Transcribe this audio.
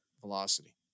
velocity